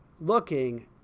looking